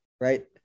right